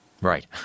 Right